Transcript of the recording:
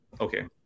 okay